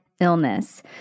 illness